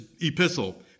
epistle